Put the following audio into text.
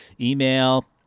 email